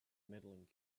medaling